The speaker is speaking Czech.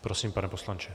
Prosím, pane poslanče.